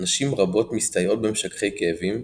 נשים רבות מסתייעות במשככי כאבים,